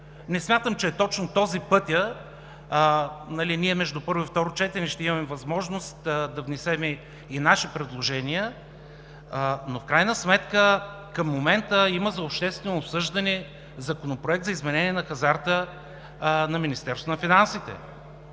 не смятам, че пътят е точно този. Между първо и второ четене ние ще имаме възможност да внесем и наши предложения. В крайна сметка към момента има за обществено обсъждане Законопроект за изменение на хазарта на Министерството на финансите.